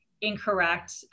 incorrect